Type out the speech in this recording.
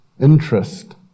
Interest